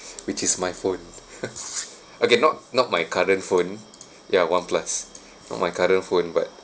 which is my phone okay not not my current phone ya one plus not my current phone but